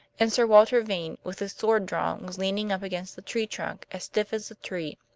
and sir walter vane, with his sword drawn, was leaning up against the tree trunk, as stiff as the tree.